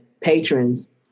patrons